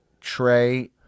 tray